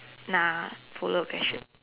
nah follow the question